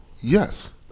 Yes